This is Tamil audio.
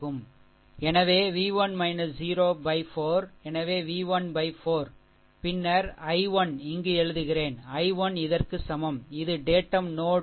எனவே v 1 0 4 எனவே v 1 இது பின்னர் I1இங்கு எழுதுகிறேன் i 1 இதற்கு சமம் இது டேட்டம் நோட் 0